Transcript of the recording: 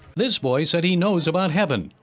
this boy said he knows about heaven.